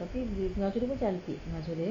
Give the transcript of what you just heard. tapi bilik pengasuh dia pun cantik pengasuh dia eh